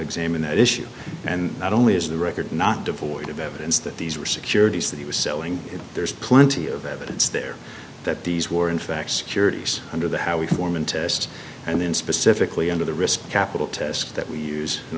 examine that issue and not only is the record not devoid of evidence that these are securities that he was selling there's plenty of evidence there that these were in fact securities under the how we form and test and then specifically into the risk capital test that we use in